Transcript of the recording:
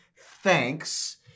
thanks